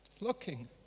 looking